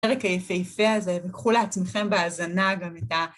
הרקע יפהפה הזה, וקחו לעצמכם באזנה גם את ה...